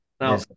Now